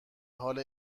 حال